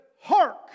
Hark